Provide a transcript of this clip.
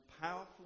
powerful